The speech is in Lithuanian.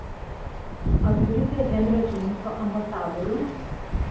ar turite henrio džeimso ambasadorių